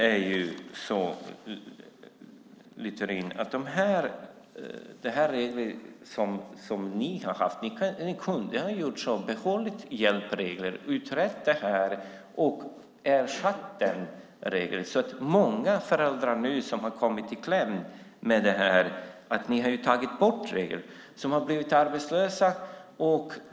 Ni kunde ha behållit hjälpregeln, utrett det här och sedan ersatt hjälpregeln. Det är många föräldrar som blivit arbetslösa som har kommit i kläm när ni har tagit bort hjälpregeln.